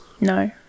no